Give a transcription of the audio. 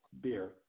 beer